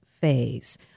phase